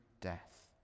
death